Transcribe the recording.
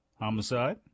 Homicide